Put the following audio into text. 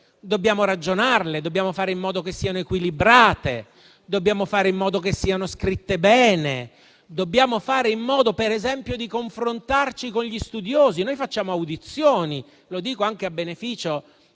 dobbiamo ragionarle, dobbiamo fare in modo che siano equilibrate, dobbiamo fare in modo che siano scritte bene, dobbiamo fare in modo, per esempio, di confrontarci con gli studiosi. Noi facciamo audizioni, lo dico anche a beneficio